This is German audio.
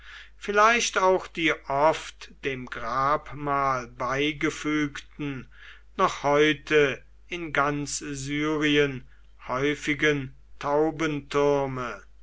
vielleicht auch die oft dem grabmal beigefügten noch heute in ganz syrien häufigen